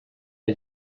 der